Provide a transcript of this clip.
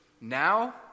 now